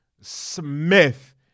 smith